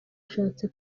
ashatse